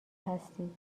هستید